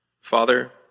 Father